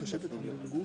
תראו,